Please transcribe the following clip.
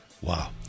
Wow